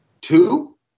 Two